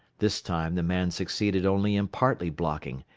this time the man succeeded only in partly blocking,